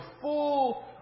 full